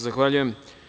Zahvaljujem.